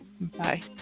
Bye